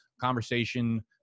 conversation